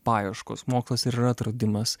paieškos mokslas ir yra atradimas